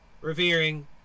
revering